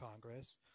Congress